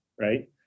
right